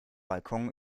balkon